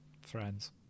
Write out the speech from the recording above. friends